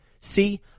See